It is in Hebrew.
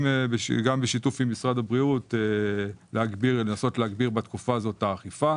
בשיתוף עם משרד הבריאות אנחנו רוצים לנסות להגביר בתקופה הזאת את האכיפה